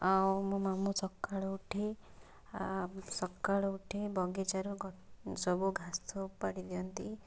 ଆଉ ମୋ ମାମୁଁ ସକାଳୁ ଉଠି ଆ ସକାଳୁ ଉଠି ବାଗିଚାରୁ ଗଛ ସବୁ ଘାସ ଉପାଡ଼ି ଦିଅନ୍ତି